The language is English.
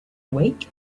week